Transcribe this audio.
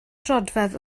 troedfedd